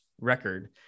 record